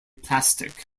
plastic